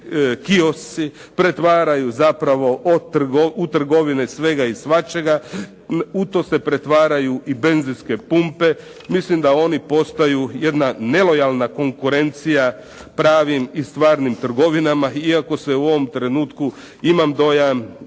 kiosci pretvaraju zapravo u trgovine svega i svačega. U to se pretvaraju i benzinske pumpe. Mislim da oni postaju nelojalna konkurencija pravim i stvarnim trgovinama iako se u ovom trenutku imam dojam